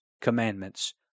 commandments